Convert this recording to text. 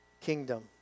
kingdom